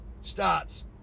starts